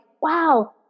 wow